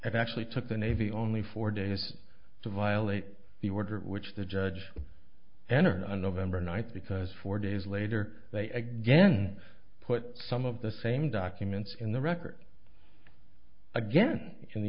it actually took the navy only four days to violate the order which the judge enter a november night because four days later they again put some of the same documents in the record again in the